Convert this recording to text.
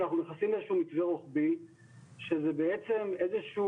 אנחנו נכנסים לאיזה שהוא מתווה רוחבי שהוא בעצם איזה שהוא